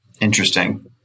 Interesting